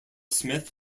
smith